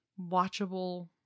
watchable